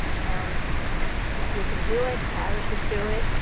and you can do it. viruses do it.